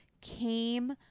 came